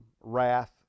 Wrath